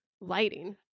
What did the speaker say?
lighting